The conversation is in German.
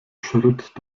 schritt